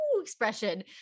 expression